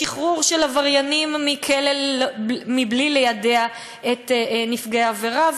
שחרור של עבריינים מכלא בלי ליידע את נפגעי העבירה,